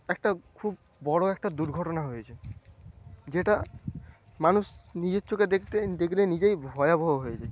একটা খুব বড়ো একটা দুর্ঘটনা হয়েছে যেটা মানুষ নিজের চোখে দেখতে দেখলে নিজেই ভয়াবহ হয়ে যায়